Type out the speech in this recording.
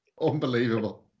Unbelievable